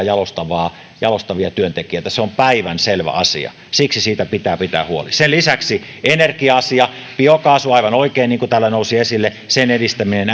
jalostavia jalostavia työntekijöitä se on päivänselvä asia siksi siitä pitää pitää huoli sen lisäksi energia asia biokaasun aivan oikein niin kuin täällä nousi esille edistäminen